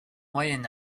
moyen